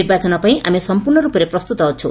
ନିର୍ବାଚନ ପାଇଁ ଆମେ ସଂପୂର୍ଶ୍ଣ ରୂପରେ ପ୍ରସ୍ତୁତ ଅଛୁ